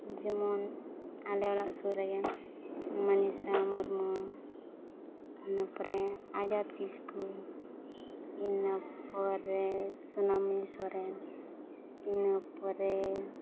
ᱡᱮᱢᱚᱱ ᱟᱞᱮ ᱚᱲᱟᱜ ᱥᱩᱨ ᱨᱮᱜᱮ ᱢᱚᱱᱤᱥᱟ ᱢᱩᱨᱢᱩ ᱤᱱᱟᱹᱯᱚᱨᱮ ᱟᱡᱟᱫ ᱠᱤᱥᱠᱩ ᱤᱱᱟᱹ ᱯᱚᱨᱮ ᱥᱳᱱᱟᱢᱩᱱᱤ ᱥᱚᱨᱮᱱ ᱤᱱᱟᱹ ᱯᱚᱨᱮ